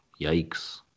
Yikes